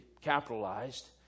capitalized